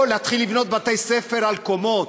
או להתחיל לבנות בתי-ספר על קומות,